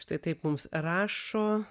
šitaip mums rašo